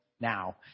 now